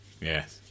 yes